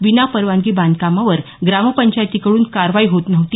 विनापरवानगी बांधकामावर ग्रामपंचायतींकडून कारवाई होत नव्हती